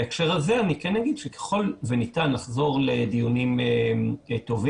בהקשר הזה אני כן אומר שככל שניתן לחזור לדיונים טובים,